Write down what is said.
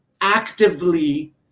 actively